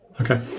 Okay